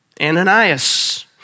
Ananias